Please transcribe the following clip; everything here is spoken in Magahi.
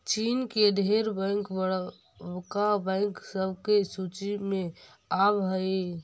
चीन के ढेर बैंक बड़का बैंक सब के सूची में आब हई